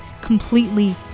completely